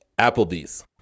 Applebee's